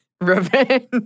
revenge